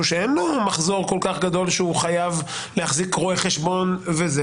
שאין לו מחזור כל כך גדול שהוא חייב להחזיק רואה חשבון וכולי,